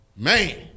Man